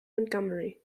montgomery